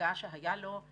מגע שהיה לו אל